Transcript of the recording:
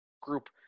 group